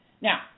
Now